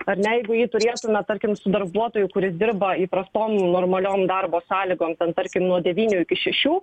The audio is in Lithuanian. ar ne jeigu jį turėtume tarkim su darbuotoju kuris dirba įprastom normaliom darbo sąlygom ten tarkim nuo devynių iki šešių